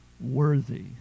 worthy